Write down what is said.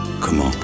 Comment